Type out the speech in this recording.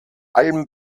allem